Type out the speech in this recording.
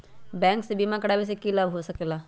Bank से बिमा करावे से की लाभ होई सकेला?